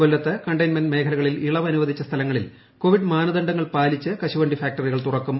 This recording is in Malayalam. കൊല്ലത്ത് കണ്ടെയിൻമെന്റ് മേഖലകളിൽ ഇളവ് അനുവദിച്ച സ്ഥലങ്ങളിൽ കോവിഡ് മാനദണ്ഡങ്ങൾ പാലിച്ച് കശുവണ്ടി ഫാക്ടറികൾ തുറക്കും